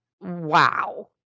Wow